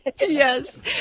Yes